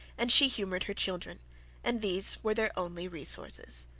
and she humoured her children and these were their only resources.